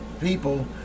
people